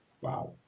Wow